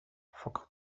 فقدت